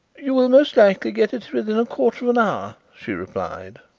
you will most likely get it within a quarter of an hour, she replied.